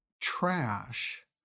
trash